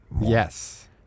Yes